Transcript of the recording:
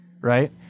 Right